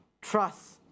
trust